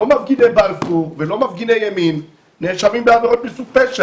לא מפגין בבלפור ולא מפגיני ימין נאשמים בעבירות מסוג פשע.